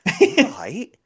right